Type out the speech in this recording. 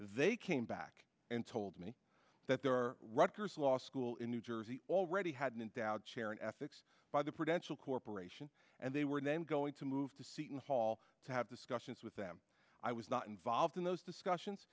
they came back and told me that there were rutgers law school in new jersey already had an invalid chair an ethics by the prudential corporation and they were then going to move to seton hall to have discussions with them i was not involved in those discussions